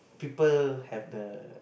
people have the